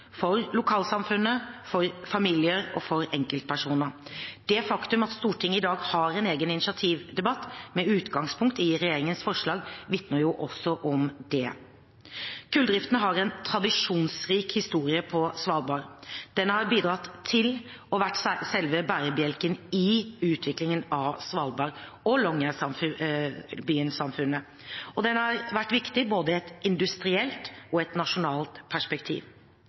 for lokalsamfunnet, for familier og for enkeltpersoner. Det faktum at Stortinget i dag har en egen initiativdebatt med utgangspunkt i regjeringens forslag, vitner også om det. Kulldriften har en tradisjonsrik historie på Svalbard. Den har bidratt til og vært selve bærebjelken i utviklingen av Svalbard og longyearbyensamfunnet, og den har vært viktig både i et industrielt og i et nasjonalt perspektiv.